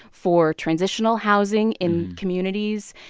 for transitional housing in communities.